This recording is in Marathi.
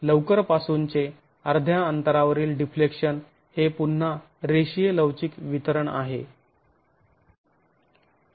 तर लवकरपासूनचे अर्ध्या अंतरावरील डिफ्लेक्शन हे पुन्हा रेषीय लवचिक वितरण आहे